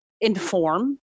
inform